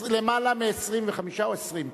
למעלה מ-25 או 20 צריכים?